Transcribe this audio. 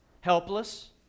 helpless